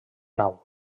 nau